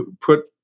put